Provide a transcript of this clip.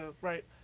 right